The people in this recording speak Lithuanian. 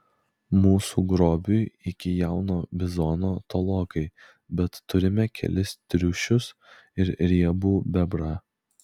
mūsų grobiui iki jauno bizono tolokai bet turime kelis triušius ir riebų bebrą